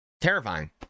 Terrifying